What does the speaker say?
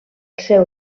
seu